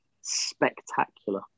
spectacular